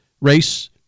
race